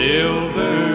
Silver